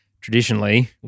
traditionally